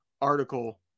article